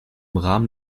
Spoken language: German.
rahmen